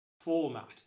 format